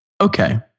Okay